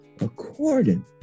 according